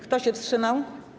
Kto się wstrzymał?